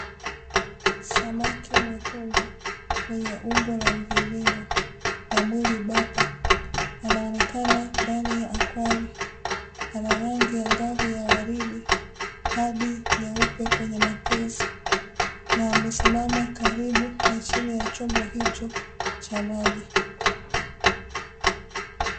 Samaki mwekundu mwenye umbo la mviringo na mwili bapa, anaonekana ndani ya akwari, ana rangi angavu ya waridi hadi nyeupe kwenye mapezi na amesimama karibu na chini ya chombo hicho cha maji.